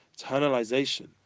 internalization